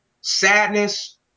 sadness